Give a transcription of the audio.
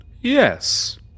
Yes